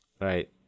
Right